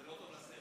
זה לא טוב לסרט.